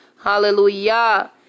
Hallelujah